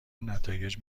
نتایج